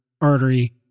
artery